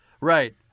Right